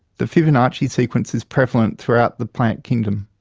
the fibonacci sequence is prevalent throughout the plant kingdom.